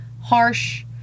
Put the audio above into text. harsh